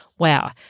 Wow